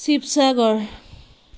Sivasagar